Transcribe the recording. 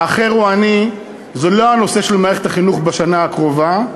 "האחר הוא אני" זה לא הנושא של מערכת החינוך בשנה הקרובה,